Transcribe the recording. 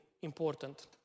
important